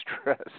stress